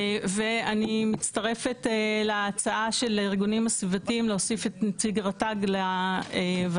ואני מצטרפת להצעה של הארגונים הסביבתיים להוסיף את נציג רט"ג לוות"ל.